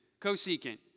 cosecant